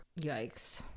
yikes